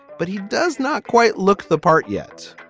but he does not quite look the part yet.